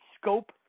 scope